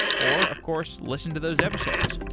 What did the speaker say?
or of course, listen to those episodes